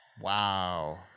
Wow